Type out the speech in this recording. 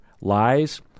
lies